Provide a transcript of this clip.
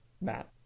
Matt